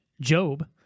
Job